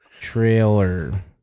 trailer